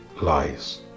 lies